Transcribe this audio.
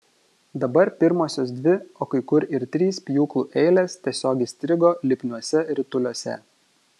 dabar pirmosios dvi o kai kur ir trys pjūklų eilės tiesiog įstrigo lipniuose rituliuose